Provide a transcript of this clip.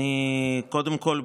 קודם כול,